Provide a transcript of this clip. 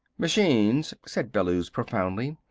machines, said bellews profoundly,